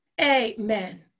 Amen